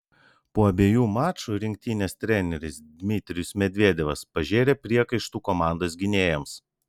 po abiejų mačų rinktinės treneris dmitrijus medvedevas pažėrė priekaištų komandos gynėjams